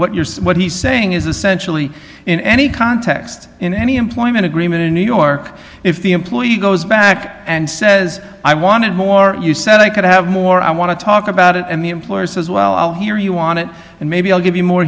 saying what he's saying is essentially in any context in any employment agreement in new york if the employer he goes back and says i want more you said i could have more i want to talk about it and the employer says well i'll hear you want it and maybe i'll give you more